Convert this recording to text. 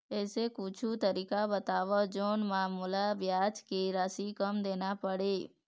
ऐसे कुछू तरीका बताव जोन म मोला ब्याज के राशि कम देना पड़े?